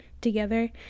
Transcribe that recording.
together